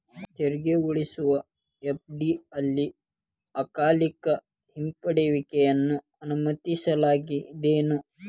ತೆರಿಗೆ ಉಳಿಸುವ ಎಫ.ಡಿ ಅಲ್ಲೆ ಅಕಾಲಿಕ ಹಿಂಪಡೆಯುವಿಕೆಯನ್ನ ಅನುಮತಿಸಲಾಗೇದೆನು?